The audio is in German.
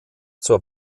zur